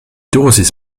dosis